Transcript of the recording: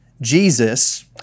Jesus